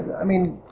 i mean